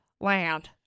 land